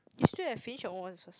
you still have finished your own one first